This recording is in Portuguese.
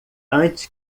antes